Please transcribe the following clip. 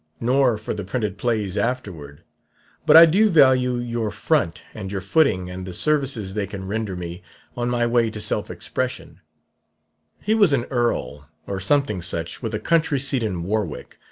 nor for the printed plays afterward but i do value your front and your footing and the services they can render me on my way to self-expression he was an earl, or something such, with a country-seat in warwick,